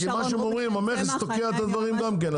כי מה שהם אומרים המכס תוקע את הדברים גם כן.